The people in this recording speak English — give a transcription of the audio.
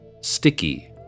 sticky